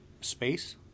space